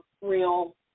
real